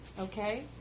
okay